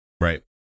Right